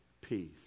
peace